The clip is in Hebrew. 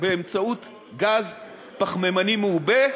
באמצעות גז פחמימני מעובה,